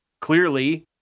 Clearly